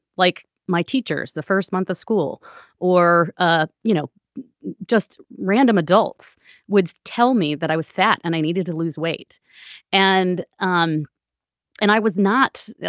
like my teachers the first month of school or ah you know just random adults would tell me that i was fat and i needed to lose weight and um and i was not.